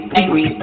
angry